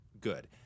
good